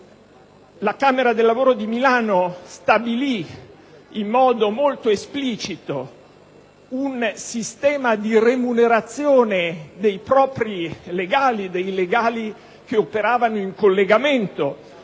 La Camera del lavoro di Milano stabilì in modo molto esplicito un sistema di remunerazione dei propri legali, di quelli cioè che operavano in collegamento